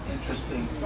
Interesting